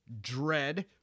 Dread